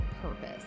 purpose